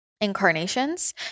incarnations